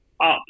up